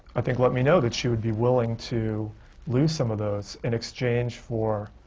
i think, let me know that she would be willing to lose some of those, in exchange for,